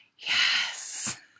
yes